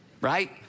right